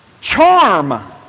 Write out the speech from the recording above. charm